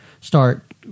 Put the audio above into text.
Start